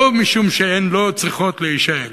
לא משום שהן לא צריכות להישאל,